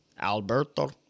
Alberto